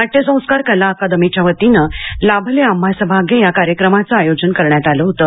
नाट्यसंस्कार कला अकादमीच्या वतीनं लाभले आम्हास भाग्य या या कार्यक्रमाचं आयोजन करण्यात आलं होतं